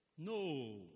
No